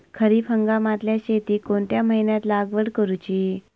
खरीप हंगामातल्या शेतीक कोणत्या महिन्यात लागवड करूची?